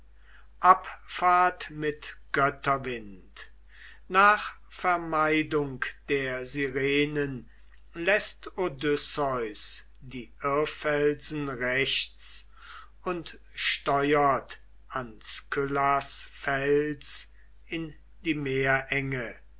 abfahrt mit götterwind nach vermeidung der sirenen läßt odysseus die irrfelsen rechts und steuert an skyllas fels in die meerenge